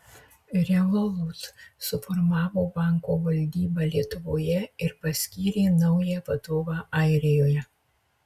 revolut suformavo banko valdybą lietuvoje ir paskyrė naują vadovą airijoje